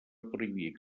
prohibir